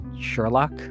Sherlock